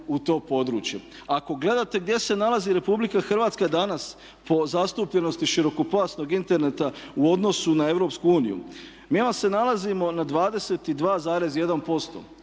u to područje. Ako gledate gdje se nalazi Republika Hrvatska danas po zastupljenosti širokopojasnog interneta u odnosu na EU mi vam se nalazimo na 22,1%